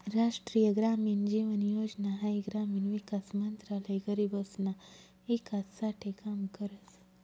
राष्ट्रीय ग्रामीण जीवन योजना हाई ग्रामीण विकास मंत्रालय गरीबसना ईकास साठे काम करस